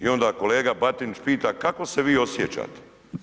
I onda kolega Batinić pita kako se vi osjećate.